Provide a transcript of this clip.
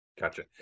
Gotcha